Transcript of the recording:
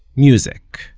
music